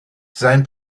sein